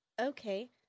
Okay